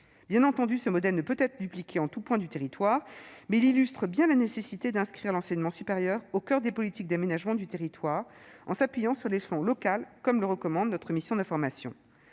Bien entendu, ce modèle ne peut être dupliqué en tout point du territoire, mais il illustre bien la nécessité d'inscrire l'enseignement supérieur au coeur des politiques d'aménagement du territoire en s'appuyant sur l'échelon local, comme le recommande notre mission d'information.